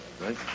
right